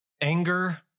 Anger